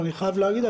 אבל אני חייב להגיד,